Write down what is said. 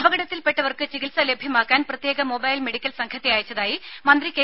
അപകടത്തിൽപെട്ടവർക്ക് ചികിത്സ ലഭ്യമാക്കാൻ പ്രത്യേക മൊബൈൽ മെഡിക്കൽ സംഘത്തെ അയച്ചതായി മന്ത്രി കെ